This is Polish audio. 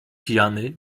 pijany